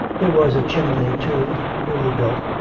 there was a chimney, too, newly built,